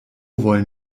wollen